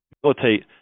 facilitate